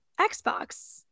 Xbox